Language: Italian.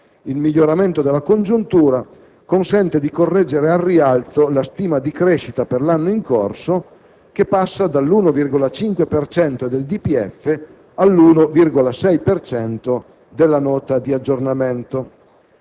Il miglioramento della congiuntura consente di correggere al rialzo la stima di crescita per l'anno in corso, che passa dall'1,5 per cento del DPEF all'1,6 per cento della Nota di aggiornamento.